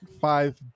five